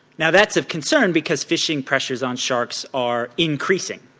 now that's of concern because fishing pressures on sharks are increasing.